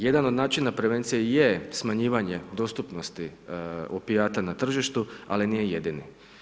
Jedan od načina prevencija je smanjivanje dostupnosti opijata na tržištu, ali nije jedino.